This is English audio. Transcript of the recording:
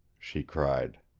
she cried.